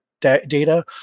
data